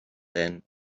than